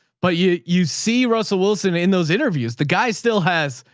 but you, you see russell wilson in those interviews, the guy still has,